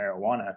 marijuana